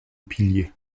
pilier